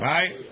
Right